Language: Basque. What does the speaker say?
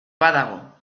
badago